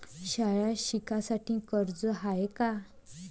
शाळा शिकासाठी कर्ज हाय का?